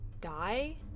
Die